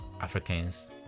africans